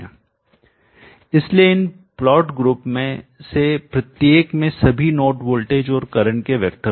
इसलिए इन plot group में से प्रत्येक में सभी नोड वोल्टेज और करंट के वैक्टर होंगे